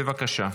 בבקשה.